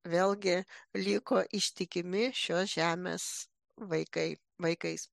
vėlgi liko ištikimi šios žemės vaikai vaikais